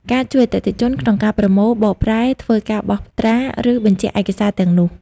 ការជួយអតិថិជនក្នុងការប្រមូល បកប្រែ ធ្វើការបោះត្រា ឬបញ្ជាក់ឯកសារទាំងនោះ។